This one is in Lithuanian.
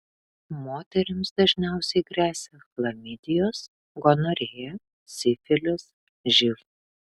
moterims dažniausiai gresia chlamidijos gonorėja sifilis živ